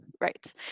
Right